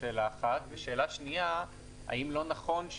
שאלה שנייה - האם לא נכון,